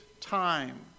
time